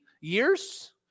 years